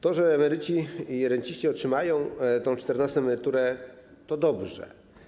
To, że emeryci i renciści otrzymają czternastą emeryturę, jest dobre.